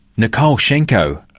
nicole shenko,